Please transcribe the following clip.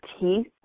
teeth